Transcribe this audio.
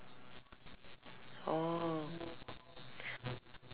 orh